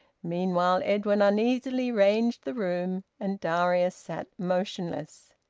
meanwhile edwin uneasily ranged the room, and darius sat motionless.